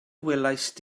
welaist